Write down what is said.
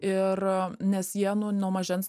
ir nes jie nu nuo mažens